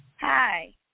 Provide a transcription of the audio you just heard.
Hi